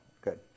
good